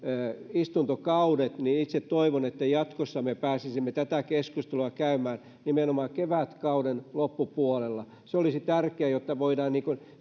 istuntokaudet niin itse toivon että jatkossa me pääsisimme tätä keskustelua käymään nimenomaan kevätkauden loppupuolella se olisi tärkeää jotta voidaan